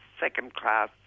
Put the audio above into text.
second-class